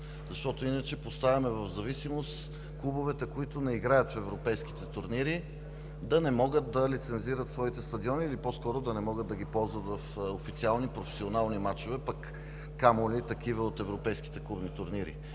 защото иначе поставяме в зависимост клубовете, които не играят в европейските турнири, да не могат да лицензират своите стадиони, или по-скоро, да не могат да ги ползват в официални, професионални мачове, пък, камо ли такива от европейските клубни турнири.